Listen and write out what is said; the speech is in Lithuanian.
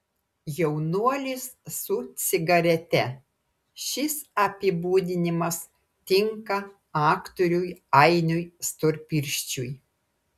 jaunuolis su cigarete šis apibūdinimas tinka aktoriui ainiui storpirščiui